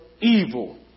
evil